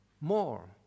more